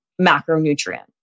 macronutrient